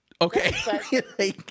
Okay